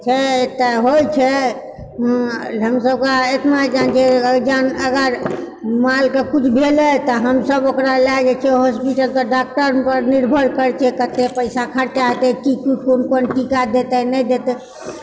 छय तऽ होइ छै हमसभक एतना जानैत छियै जान अगर मालकऽ कुछ भेलय तऽ हमसभ ओकरा लै जाइ छै हॉस्पिटल तऽ डाक्टर पर निर्भर करैत छै कतय पैसा खर्चा हेतय की की कोन कोन टीका देतय नहि देतय